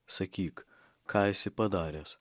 sakyk ką esi padaręs